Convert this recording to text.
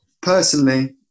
personally